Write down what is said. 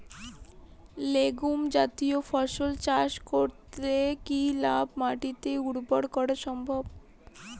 Legume জাতীয় ফসল চাষ করে কি লাল মাটিকে উর্বর করা সম্ভব?